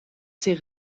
ses